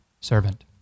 servant